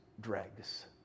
dregs